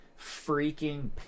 freaking